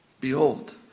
Behold